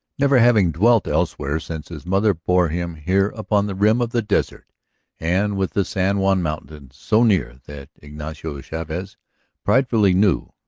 never having dwelt elsewhere since his mother bore him here upon the rim of the desert and with the san juan mountains so near that, ignacio chavez pridefully knew,